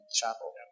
chapel